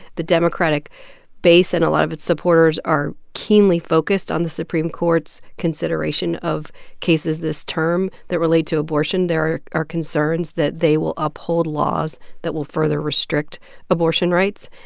the democratic base and a lot of its supporters are keenly focused on the supreme court's consideration of cases this term that relate to abortion. there are concerns that they will uphold laws that will further restrict abortion rights.